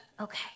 Okay